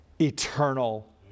eternal